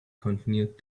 continued